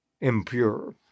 impure